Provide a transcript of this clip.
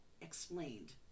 explained